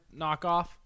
knockoff